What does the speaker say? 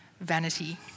vanity